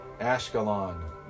Ashkelon